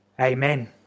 Amen